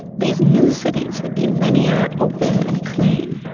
these new cities would be linear, open and clean.